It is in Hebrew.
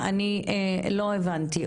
אני לא הבנתי,